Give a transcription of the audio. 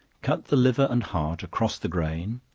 cut the liver and heart across the grain,